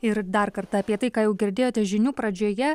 ir dar kartą apie tai ką jau girdėjote žinių pradžioje